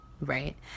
right